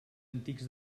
antics